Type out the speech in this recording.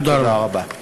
תודה רבה.